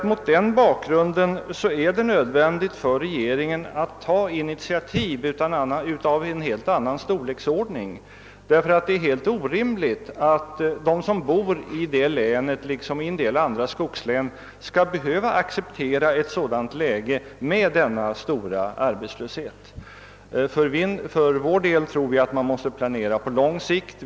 Mot den bakgrunden tycker jag det är nödvändigt för regeringen att ta initiativ av en helt annan storleksordning. Det är helt orimligt att de som bor i detta län liksom i en del andra skogslän skall behöva acceptera ett läge med denna stora arbetslöshet. För vår del tror vi att man måste planera på lång sikt.